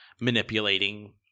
manipulating